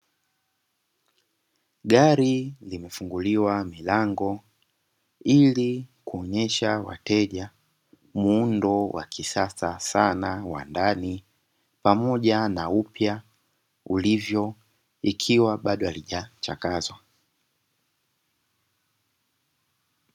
Gari limefunguliwa milango ili kuonyesha wateja muundo wa kisasa sana wa ndani pamoja na upya ulivyo, ikiwa bado halijachakazwa.